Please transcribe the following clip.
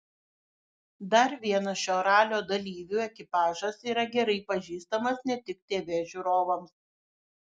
dar vienas šio ralio dalyvių ekipažas yra gerai pažįstamas ne tik tv žiūrovams